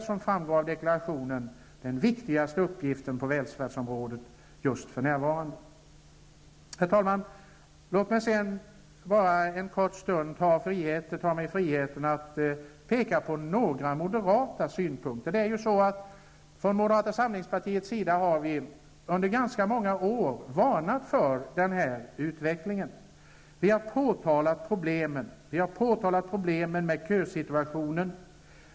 Som framgår av deklarationen är det den viktigaste uppgiften på välfärdsområdet för närvarande. Låt mig en kort stund ta mig friheten att framföra några moderata synpunkter. Vi i moderata samlingspartiet har under ganska många år varnat för denna utveckling. Vi har påtalat problemen med kösituationen.